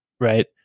Right